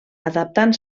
adaptant